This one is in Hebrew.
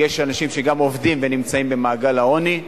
יש גם אנשים שעובדים ונמצאים במעגל העוני,